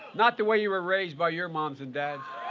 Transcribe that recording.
not the way you were raised by your moms and dads.